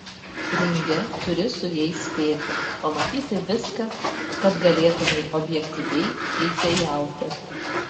ringe turi su jais spėti pamatyti viską kad galėtumei objektyviai teisėjauti